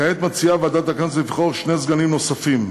כעת מציעה ועדת הכנסת לבחור שני סגנים נוספים: